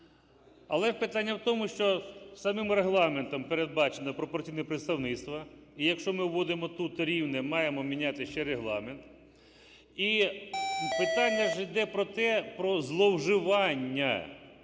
Але питання в тому, що самим Регламентом передбачено пропорційні представництва, і якщо ми вводимо тут рівне, маємо міняти ще Регламент. І питання ж йде про те, про зловживання